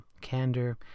candor